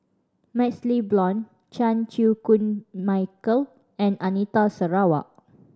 MaxLe Blond Chan Chew Koon Michael and Anita Sarawak